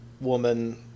woman